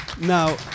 now